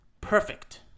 perfect